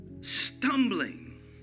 stumbling